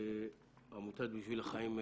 עמותת "בשביל החיים"